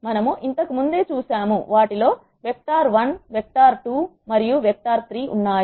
మనము ఇంతకు ముందే చూశాము వాటిలో వెక్టార్ 1 వెక్టార్ 2 వెక్టార్ 3 ఉన్నాయి